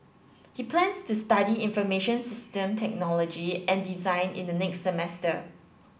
he plans to study information system technology and design in the next semester